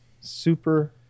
Super